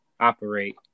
operate